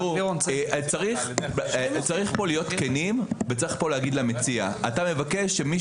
צריך להיות כאן כנים ולומר למציע שאתה מבקש שמי